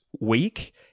week